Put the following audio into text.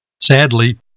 Sadly